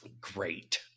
Great